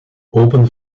open